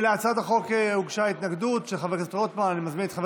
להצעת החוק הוגשה התנגדות של חבר הכנסת רוטמן.